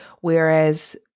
whereas